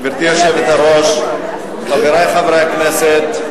גברתי היושבת-ראש, חברי חברי הכנסת,